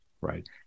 right